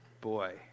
Boy